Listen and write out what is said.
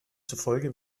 zufolge